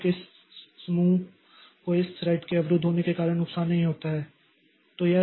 बेशक इस समूह को इस थ्रेड के अवरुद्ध होने के कारण नुकसान नहीं होता है